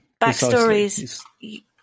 backstories